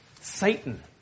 Satan